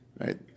Right